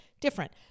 different